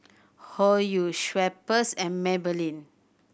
Hoyu Schweppes and Maybelline